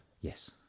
yes